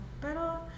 Pero